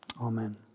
Amen